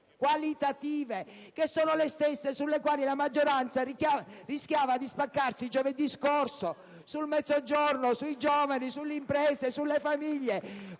qualitative - che sono le stesse sulle quali la maggioranza rischiava di spaccarsi giovedì scorso, sul Mezzogiorno, sui giovani, sulle imprese, sulle famiglie?